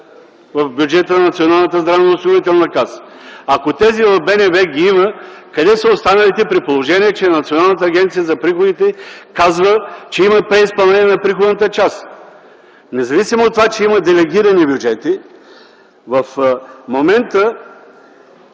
в бюджета на Националната здравноосигурителна каса? Ако тези в БНБ ги има – къде са останалите при положение, че Националната агенция по приходите казва, че има преизпълнение на приходната част? Независимо от това, че има делегирани бюджети в момента,